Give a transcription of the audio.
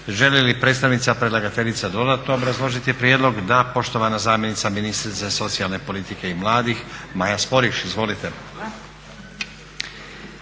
Želi li predstavnica predlagateljice dodatno obrazložiti prijedlog? Da. Poštovana zamjenica ministrice socijalne politike i mladih Maja Sporiš. Izvolite.